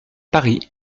paris